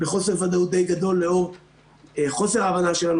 בחוסר ודאות די גדול לאור חוסר הבנה שלנו